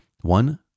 one